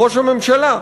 ראש הממשלה,